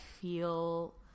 feel